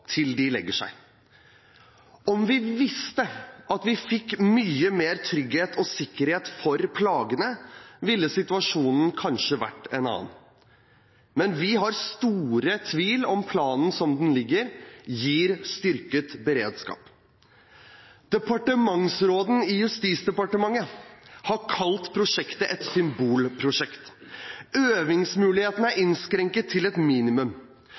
til de legger seg. Om vi visste at vi fikk mye mer trygghet og sikkerhet for plagene, ville situasjonen kanskje vært en annen. Men vi har store tvil om planen som den ligger, gir styrket beredskap. Departementsråden i Justisdepartementet har kalt prosjektet et symbolprosjekt. Øvingsmulighetene er innskrenket til et minimum,